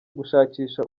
gushakisha